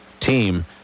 team